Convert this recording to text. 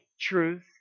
truth